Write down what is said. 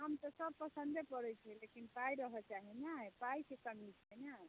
आम तऽ सब पसन्दे पड़ैत छै लेकिन पाइ रहऽ चाही नहि पाइके कमी छै ने